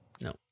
No